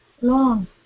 long